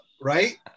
right